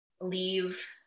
leave